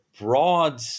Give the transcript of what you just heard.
Broad